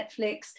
Netflix